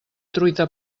truita